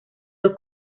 los